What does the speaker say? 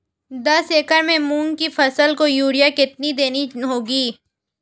दस एकड़ में मूंग की फसल को यूरिया कितनी देनी होगी?